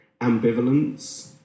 ambivalence